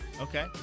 Okay